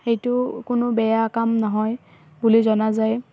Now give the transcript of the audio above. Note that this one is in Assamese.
সেইটো কোনো বেয়া কাম নহয় বুলি জনা যায়